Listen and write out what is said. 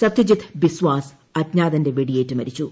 സത്യ ജിത്ത് ബിസ്വാസ് അജ്ഞാതന്റെ വെടിയേറ്റ് മരിച്ചു